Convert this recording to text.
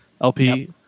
LP